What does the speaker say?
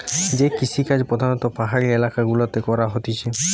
যে কৃষিকাজ প্রধাণত পাহাড়ি এলাকা গুলাতে করা হতিছে